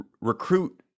recruit